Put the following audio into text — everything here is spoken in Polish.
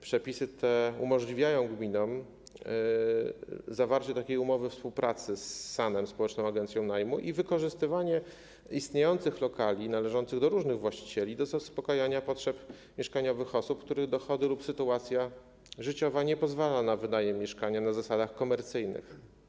Przepisy te umożliwiają gminom zawarcie umowy współpracy z SAN-em, społeczną agencją najmu, i wykorzystywanie istniejących lokali należących do różnych właścicieli do zaspokajania potrzeb mieszkaniowych osób, których dochody lub sytuacja życiowa nie pozwalają na wynajem mieszkania na zasadach komercyjnych.